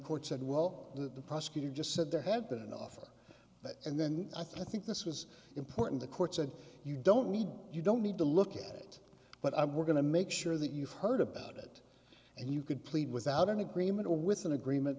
court said well the prosecutor just said there had been an offer and then i think this was important the court said you don't need you don't need to look at it but i were going to make sure that you've heard about it and you could plead without an agreement or with an agreement